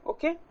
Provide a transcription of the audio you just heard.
Okay